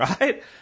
right